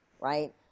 right